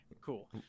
cool